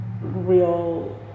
real